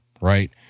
right